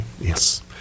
Yes